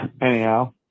Anyhow